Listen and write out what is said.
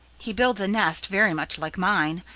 he builds a nest very much like mine.